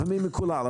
לפעמים מקולל.